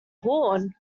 horn